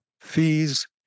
fees